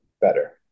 better